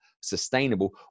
sustainable